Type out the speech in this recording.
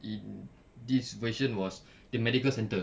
in this version was the medical centre